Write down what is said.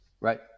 right